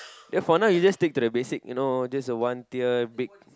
then for now you just stick to the basic you know just a one tier big